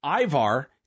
Ivar